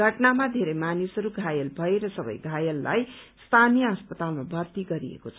घटनामा धेरै मानिसहरू घायल भए र सबै घायललाई स्थानीय अस्पतालमा भर्ती गरिएको छ